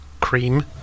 cream